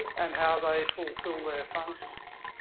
and how they fulfill their functions.